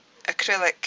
acrylic